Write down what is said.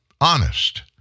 honest